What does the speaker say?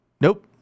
nope